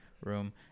room